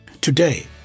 Today